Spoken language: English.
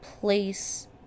place